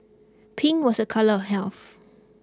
pink was a colour of health